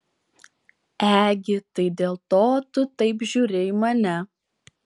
egi tai dėl to tu taip žiūri į mane